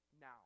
now